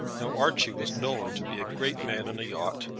now archie was known to be a great man in a yacht,